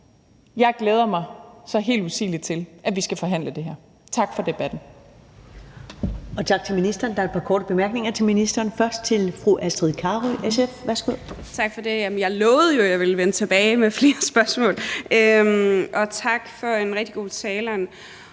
Jeg glæder mig så helt usigelig til, at vi skal forhandle det her. Tak for debatten.